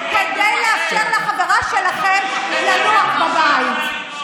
כדי לאפשר לחברה שלכם לנוח בבית.